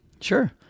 Sure